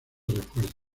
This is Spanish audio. refuerzos